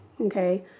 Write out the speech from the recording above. okay